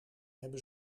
hebben